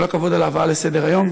כל הכבוד על ההבאה לסדר-היום,